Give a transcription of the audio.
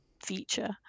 feature